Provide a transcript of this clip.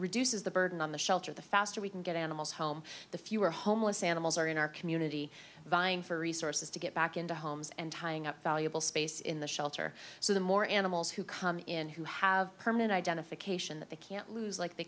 reduces the burden on the shelter the faster we can get animals home the fewer homeless animals are in our community vying for resources to get back into homes and tying up valuable space in the shelter so the more animals who come in who have permanent identification that they can't lose like they